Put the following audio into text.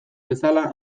bezala